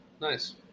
Nice